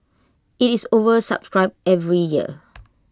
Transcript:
IT is oversubscribed every year